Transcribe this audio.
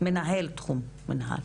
בענין התקציבים וניצול התקציבים, סלימה,